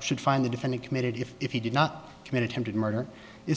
should find the defendant committed if he did not commit him to the murder is